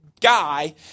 guy